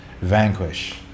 vanquish